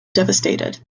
devastated